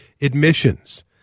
admissions